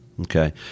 Okay